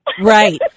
Right